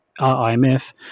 IMF